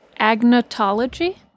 Agnotology